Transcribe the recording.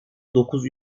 dokuz